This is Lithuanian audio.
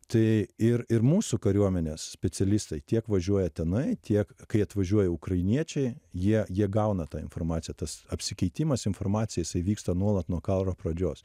tai ir ir mūsų kariuomenės specialistai tiek važiuoja tenai tiek kai atvažiuoja ukrainiečiai jie jie gauna tą informaciją tas apsikeitimas informacija jis vyksta nuolat nuo karo pradžios